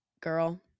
Girl